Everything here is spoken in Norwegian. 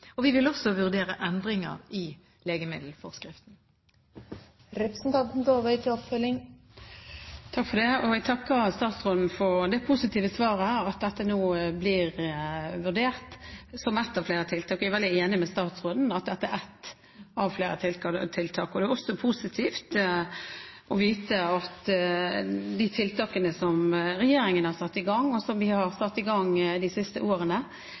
og hva som kan gjøres for å styrke helsetjenestens hjelp til røykeavvenning. Vi vil også vurdere endringer i legemiddelforskriften. Jeg takker statsråden for det positive svaret, at dette nå blir vurdert som ett av flere tiltak. Jeg er veldig enig med statsråden i at dette er ett av flere tiltak. Det er også positivt å vite at de tiltakene som regjeringen har satt i gang – og som vi satte i gang de siste årene,